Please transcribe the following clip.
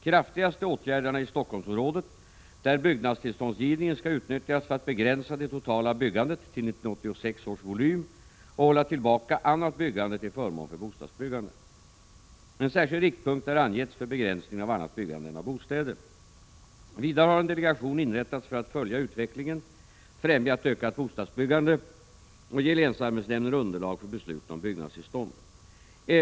Kraftigast är åtgärderna i Stockholmsområdet, där byggnadstillståndsgivningen skall utnyttjas för att begränsa det totala byggandet till 1986 års volym och att hålla tillbaka annat byggande till förmån för bostadsbyggande. En — Prot. 1986/87:49 särskild riktpunkt har angivits för begränsningen av annat byggande än av 15 december 1986 bostäder. Vidare har en delegation inrättats för att följa utvecklingen, främja ett ökat bostadsbyggande och ge länsarbetsnämnden underlag för beslut om Qmm inveserinestg är ;; and +— dernas betydelse för byggnadstillstånd.